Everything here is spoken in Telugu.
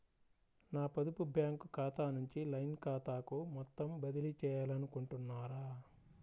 నా పొదుపు బ్యాంకు ఖాతా నుంచి లైన్ ఖాతాకు మొత్తం బదిలీ చేయాలనుకుంటున్నారా?